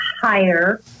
higher